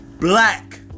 black